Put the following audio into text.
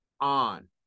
on